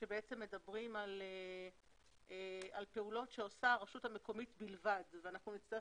שבעצם מדברים על פעולות שעושה הרשות המקומית בלבד ואנחנו נצטרך